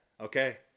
Okay